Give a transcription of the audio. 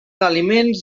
aliments